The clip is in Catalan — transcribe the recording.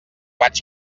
vaig